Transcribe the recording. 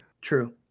True